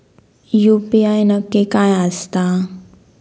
UPI नक्की काय आसता?